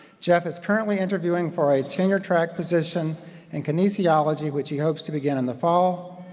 jeff is currently interviewing for a tenure-track position in kinesiology which he hopes to begin in the fall.